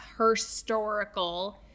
historical